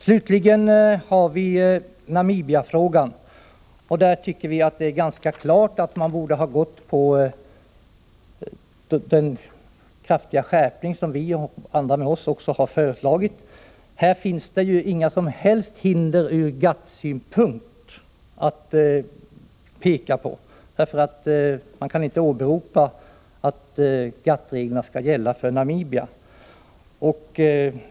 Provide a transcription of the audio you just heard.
Slutligen: Beträffande Namibiafrågan tycker vi att det är ganska klart att man borde ha anslutit sig till den kraftiga skärpning som vi och andra har föreslagit. Här finns det inga som helst hinder från GATT:s synpunkt att peka på, eftersom man inte kan åberopa att GATT-reglerna skall gälla för Namibia.